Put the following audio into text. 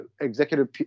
executive